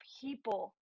people